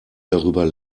darüber